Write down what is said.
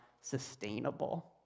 sustainable